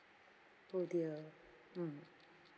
oh dear mm